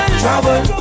trouble